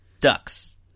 Ducks